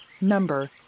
Number